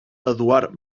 eduard